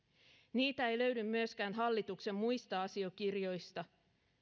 niitä ei löydy myöskään hallituksen muista asiakirjoista